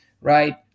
right